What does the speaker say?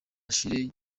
ashley